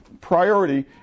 priority